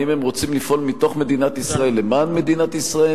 האם הם רוצים לפעול מתוך מדינת ישראל למען מדינת ישראל,